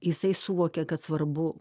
jisai suvokė kad svarbu